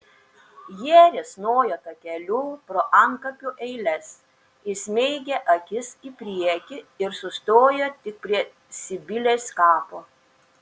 jie risnojo takeliu pro antkapių eiles įsmeigę akis į priekį ir sustojo tik prie sibilės kapo